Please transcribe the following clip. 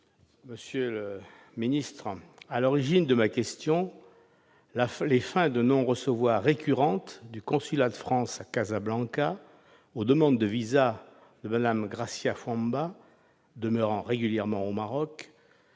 Monsieur le secrétaire d'État, à l'origine de ma question, il y a les fins de non-recevoir récurrentes du consulat de France à Casablanca aux demandes de visa de Mme Gracia Fuamba, demeurant régulièrement au Maroc,